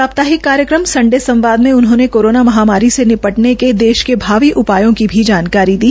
साप्ताहिक कार्यक्रम संडे संवाद में उन्होंने कोरोना महामारी से निपटने के देश के भावी उपायों की भी जानकारी दी